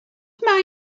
mae